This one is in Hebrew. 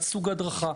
את סוג ההדרכה,